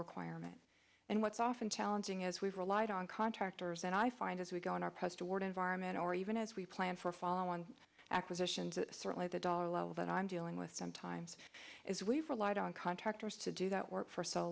requirements and what's often challenging as we've relied on contractors that i find as we go in our press toward environment or even as we plan for follow on acquisitions certainly the dollar level that i'm dealing with sometimes is we've relied contractors to do that work for so